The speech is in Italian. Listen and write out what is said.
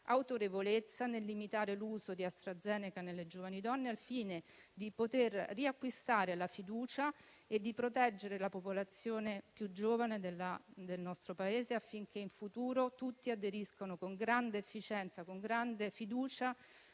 autorevolezza nel limitare l'uso di AstraZeneca nelle giovani donne, al fine di poter riacquistare la fiducia e di proteggere la popolazione più giovane del nostro Paese, affinché in futuro tutti aderiscano con grande fiducia